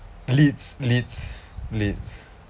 leeds leeds leeds